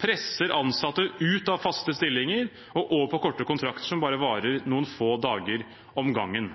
presser ansatte ut av faste stillinger og over på korte kontrakter som varer bare noen få dager om gangen.